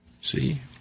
See